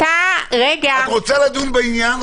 את רוצה לדון בעניין,